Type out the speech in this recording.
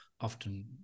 often